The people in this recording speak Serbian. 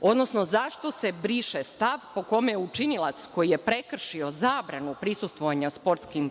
Odnosno, zašto se briše stav po kome učinilac koji je prekršio zabranu prisustvovanja sportskim